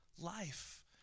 Life